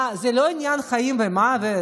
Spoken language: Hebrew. זה לא עניין של חיים ומוות,